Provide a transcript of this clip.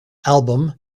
album